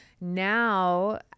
Now